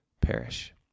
perish